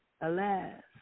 alas